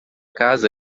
casa